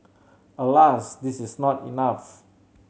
alas this is not enough